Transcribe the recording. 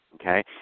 okay